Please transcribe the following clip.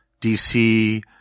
DC